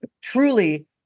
truly